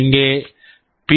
இங்கே பி